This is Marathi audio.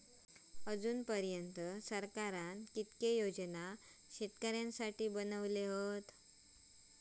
अजून पर्यंत सरकारान किती योजना शेतकऱ्यांसाठी बनवले?